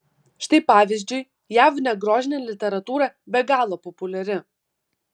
štai pavyzdžiui jav negrožinė literatūra be galo populiari